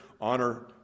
honor